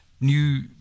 new